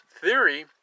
theory